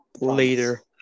later